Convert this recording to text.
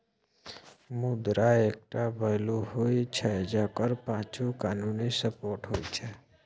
मुद्रा एकटा वैल्यू होइ छै जकर पाछु कानुनी सपोर्ट होइ छै